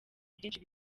byinshi